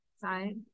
side